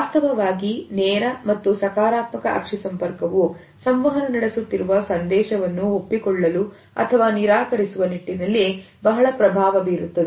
ವಾಸ್ತವವಾಗಿ ನೇರ ಮತ್ತು ಸಕಾರಾತ್ಮಕ ಅಕ್ಷಿ ಸಂಪರ್ಕವೂ ಸಂವಹನ ನಡೆಸುತ್ತಿರುವ ಸಂದೇಶವನ್ನು ಒಪ್ಪಿಕೊಳ್ಳಲು ಅಥವಾ ನಿರಾಕರಿಸುವ ನಿಟ್ಟಿನಲ್ಲಿ ಬಹಳ ಪ್ರಭಾವ ಬೀರುತ್ತದೆ